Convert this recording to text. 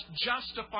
justify